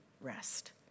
rest